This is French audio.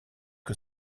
que